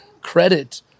credit